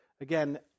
again